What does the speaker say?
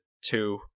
two